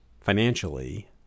financially